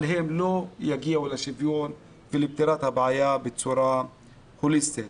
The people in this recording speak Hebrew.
אבל הם לא יגיעו לשוויון ולפתירת הבעיה בצורה הוליסטית.